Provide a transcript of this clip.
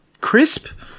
crisp